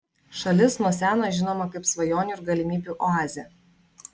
šalis nuo seno žinoma kaip svajonių ir galimybių oazė